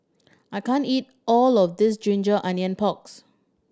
I can't eat all of this ginger onion porks